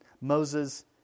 Moses